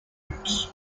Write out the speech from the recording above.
roots